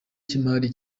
cy’imari